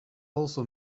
also